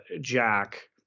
Jack